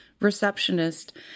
receptionist